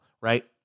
right